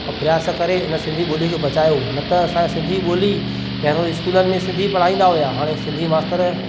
ऐं प्रयास करे उन सिंधी ॿोलीअ खे बचायो न त असां सिंधी ॿोली पहिरों स्कूलनि में सिंधी पढ़ाईंदा हुया हाणे सिंधी मास्तर